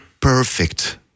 perfect